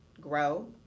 grow